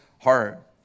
heart